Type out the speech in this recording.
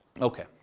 Okay